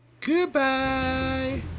Goodbye